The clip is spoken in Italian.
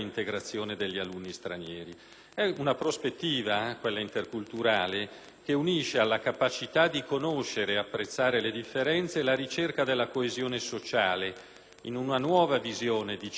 è una prospettiva che unisce la capacità di conoscere ed apprezzare le differenze e la ricerca della coesione sociale, in una nuova visione di cittadinanza plurale